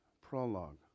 prologue